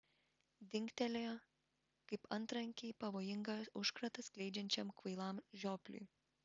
dingtelėjo kaip antrankiai pavojingą užkratą skleidžiančiam kvailam žiopliui